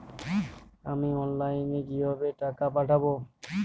আমি অনলাইনে কিভাবে টাকা পাঠাব?